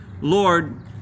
Lord